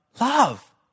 Love